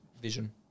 Vision